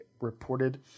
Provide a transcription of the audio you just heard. reported